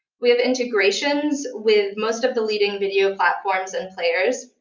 we have integrations with most of the leading video platforms and players,